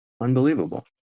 unbelievable